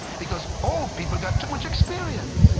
because old people got too much experience.